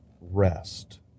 rest